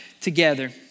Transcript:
together